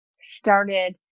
started